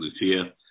Lucia